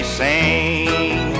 sing